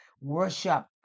Worship